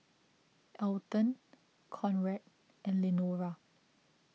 Alton Conrad and Lenora